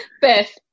Beth